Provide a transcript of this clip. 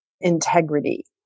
integrity